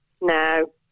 No